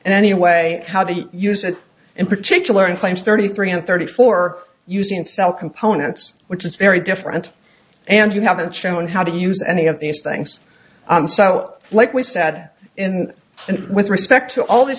anyway how do you use it in particular in claims thirty three and thirty four using cell components which is very different and you haven't shown how to use any of these things and so like we sat in and with respect to all these